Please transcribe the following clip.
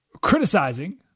criticizing